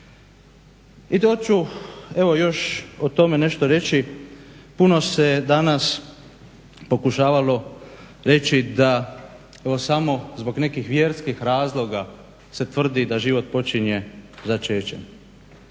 evo još o tome nešto reći, puno se danas pokušavalo reći da evo samo zbog nekih vjerskih razloga se tvrdi da život počinje začećem.